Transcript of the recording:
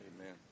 Amen